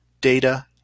data